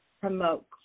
promote